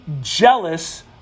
jealous